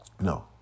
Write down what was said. No